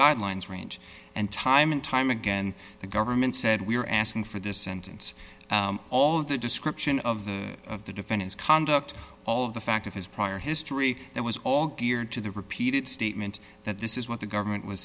guidelines range and time and time again the government said we are asking for this sentence all of the description of the of the defendants conduct all of the fact of his prior history that was all geared to the repeated statement that this is what the government was